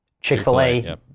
Chick-fil-A